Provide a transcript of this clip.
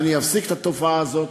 אני אפסיק את התופעה הזאת.